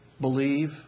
believe